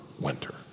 winter